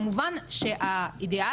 כמובן שהאידיאל,